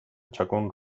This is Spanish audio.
chacón